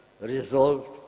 resolved